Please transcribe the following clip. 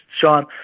Sean